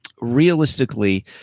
Realistically